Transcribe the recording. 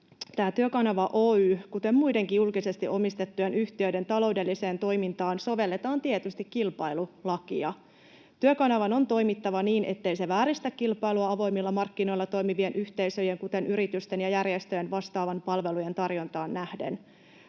Työkanava Oy:hyn, kuten muidenkin julkisesti omistettujen yhtiöiden taloudelliseen toimintaan, sovelletaan tietysti kilpailulakia. Työkanavan on toimittava niin, ettei se vääristä kilpailua avoimilla markkinoilla toimivien yhteisöjen, kuten yritysten ja järjestöjen, vastaavien palvelujen tarjontaan nähden.